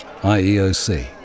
IEOC